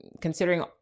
considering